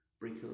Breaker